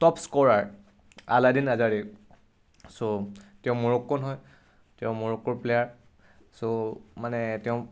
top scorer Alaaeddine Ajaraie ছ' তেওঁ Moroccan হয় তেওঁ মৰ'ক্কৰ প্লেয়াৰ চ' মানে তেওঁ